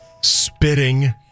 spitting